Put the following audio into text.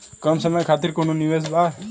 कम समय खातिर कौनो निवेश बा?